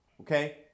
Okay